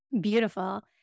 beautiful